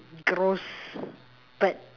gross but